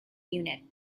unit